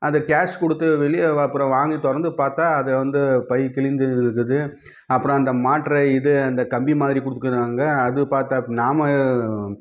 அதை கேஷ் கொடுத்து வெளியே வா அப்பறம் வாங்கி திறந்து பார்த்தா அது வந்து பை கிழிந்து இருந்தது அப்பறம் அந்த மாட்டுற இது அந்த கம்பி மாதிரி கொடுக்குறாங்க அது பார்த்தா அப்படின்னா நாம்